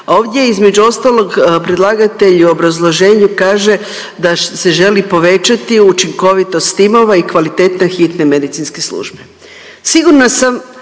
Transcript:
Ovdje je između ostalog predlagatelj u obrazloženju kaže da se želi povećati učinkovitost timova i kvaliteta hitne medicinske službe.